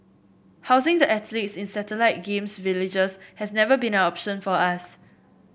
housing the athletes in satellite Games Villages has never been an option for us